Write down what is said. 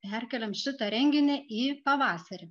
perkeliam šitą renginį į pavasarį